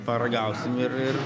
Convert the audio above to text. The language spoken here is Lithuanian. paragausim ir ir